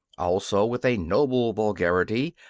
also, with a noble vulgarity,